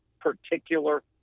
particular